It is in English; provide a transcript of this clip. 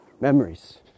memories